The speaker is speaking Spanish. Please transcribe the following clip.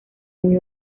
muy